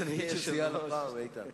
בבקשה.